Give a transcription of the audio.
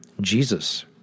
Jesus